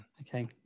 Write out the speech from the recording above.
Okay